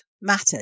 mattered